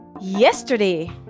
Yesterday